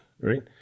right